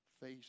face